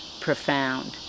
profound